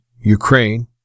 Ukraine